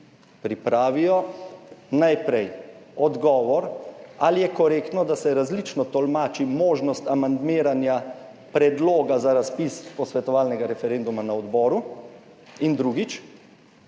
pripravijo najprej odgovor ali je korektno, da se različno tolmači možnost amandmiranja predloga za razpis posvetovalnega referenduma na odboru. In drugič,